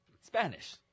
Spanish